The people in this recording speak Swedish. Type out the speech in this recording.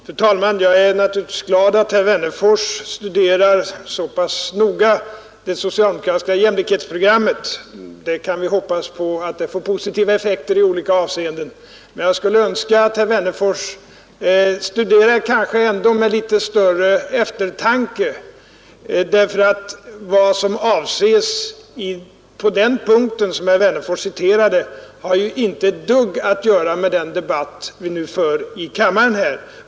Fru talman! Jag är naturligtvis glad över att herr Wennerfors så pass noga studerar det socialdemokratiska jämlikhetsprogrammet. Man kan hoppas på att det får positiva effekter i olika avseenden. Men jag skulle kanske önska att herr Wennerfors studerade med något större eftertanke. Vad som avses på den punkt som herr Wennerfors citerade har ju inte ett dugg att göra med den debatt vi nu för i kammaren.